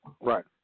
Right